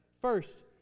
First